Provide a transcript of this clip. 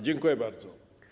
Dziękuję bardzo.